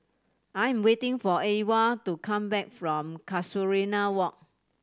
I am waiting for Ewald to come back from Casuarina Walk